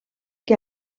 que